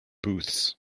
booths